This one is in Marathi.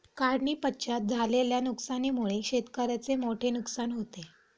काढणीपश्चात झालेल्या नुकसानीमुळे शेतकऱ्याचे मोठे नुकसान होते